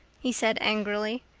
he said angrily.